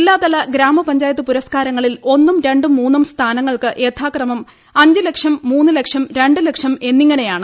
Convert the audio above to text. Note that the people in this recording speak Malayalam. ജില്ലാതല ഗ്രാമപഞ്ചായത്ത് പുരസ്കാരങ്ങളിൽ ഒന്നും രണ്ടും മൂന്നും സ്ഥാനങ്ങൾക്ക് യഥാക്രമം അഞ്ച് ലക്ഷം മൂന്ന് ലക്ഷം രണ്ട് ലക്ഷം എന്നിങ്ങനെയാണ്